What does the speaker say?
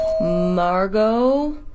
Margot